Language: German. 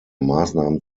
maßnahmen